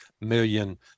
million